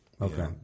Okay